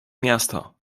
miasto